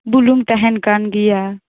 ᱵᱩᱞᱩᱝ ᱛᱟᱦᱮᱱ ᱠᱟᱱ ᱜᱮᱭᱟ